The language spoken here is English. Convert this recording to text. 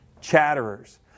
Chatterers